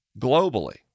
globally